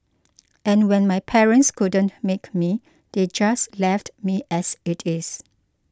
and when my parents couldn't make me they just left me as it is